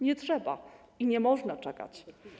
Nie trzeba i nie można czekać.